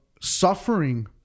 suffering